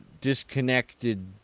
disconnected